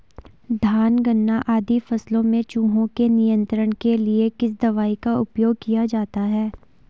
धान गन्ना आदि फसलों में चूहों के नियंत्रण के लिए किस दवाई का उपयोग किया जाता है?